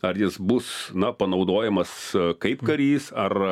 ar jis bus na panaudojamas kaip karys ar